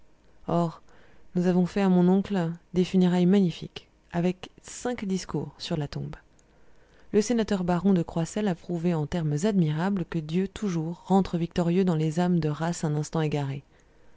or nous avons fait à mon oncle des funérailles magnifiques avec cinq discours sur la tombe le sénateur baron de croisselles a prouvé en termes admirables que dieu toujours rentre victorieux dans les âmes de race un instant égarées